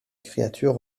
créatures